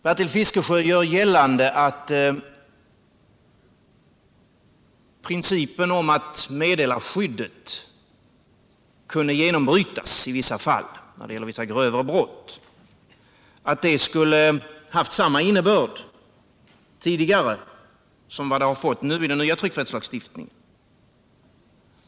Bertil Fiskesjö gör gällande att principen om att meddelarskyddet kunde genombrytas i vissa fall, när det gäller vissa grövre brott, skulle ha haft samma innebörd tidigare som det nu har fått i den nya tryckfrihetslagstiftningen.